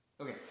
Okay